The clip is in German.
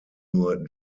nur